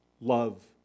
love